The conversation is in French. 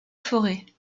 forêt